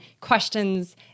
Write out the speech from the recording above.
questions